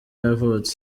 yavutse